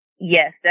Yes